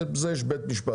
בשביל זה יש בית משפט.